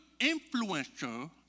influencer